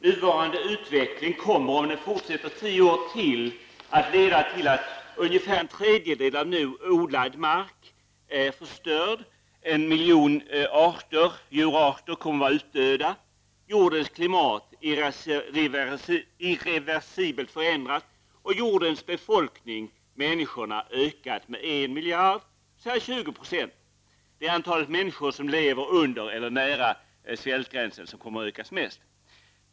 Nuvarande utveckling kommer om den fortsätter tio år till att leda till att en tredjedel av nu odlad mark kommer att vara förstörd, en miljon djurarter att vara utdöda, jordens klimat irreversibelt förändrat och till att jordens befolkning ökats med 1 miljard människor, dvs. 20 %. Det är antalet människor som lever nära eller under svältgränsen som kommer att ökas mest.